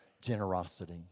generosity